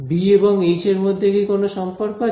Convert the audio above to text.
B এবং H এর মধ্যে কি কোন সম্পর্ক আছে